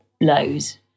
lows